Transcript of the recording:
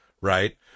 right